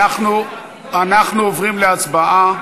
אנחנו עוברים להצבעה.